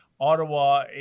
Ottawa